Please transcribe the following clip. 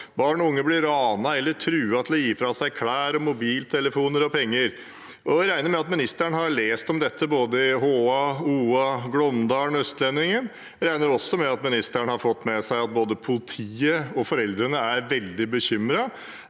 Barn og unge blir ranet og truet til å gi fra seg klær, mobiltelefoner og penger. Jeg regner med at ministeren har lest om dette i både Hamar Arbeiderblad, Oppland Arbeiderblad, Glåmdalen og Østlendingen. Jeg regner også med at ministeren har fått med seg at både politiet og foreldrene er veldig bekymret.